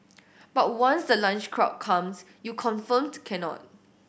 but once the lunch crowd comes you confirmed cannot